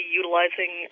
utilizing